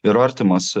ir artimas